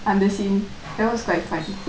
அந்த:andtha scene that was like quite